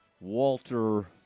Walter